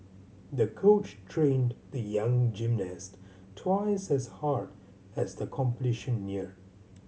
the coach trained the young gymnast twice as hard as the competition neared